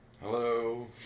Hello